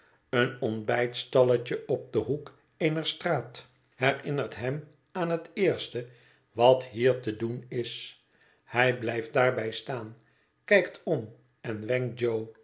een ontbijtstalletje op den hoek eener straat herinnert hem aan het eerste wat hier te doen is hij blijft daarbij staan kijkt om en wenkt